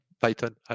Python